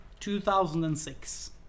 2006